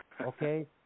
okay